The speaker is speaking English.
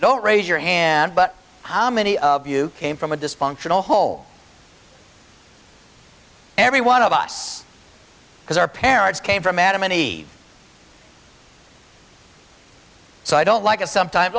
don't raise your hand but how many of you came from a dysfunctional whole every one of us because our parents came from adam and eve so i don't like it sometimes